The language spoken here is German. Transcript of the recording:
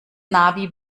navi